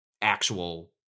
actual